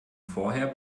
vorher